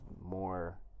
more